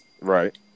Right